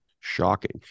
Shocking